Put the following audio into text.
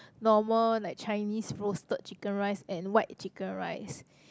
normal like Chinese roasted chicken rice and white chicken rice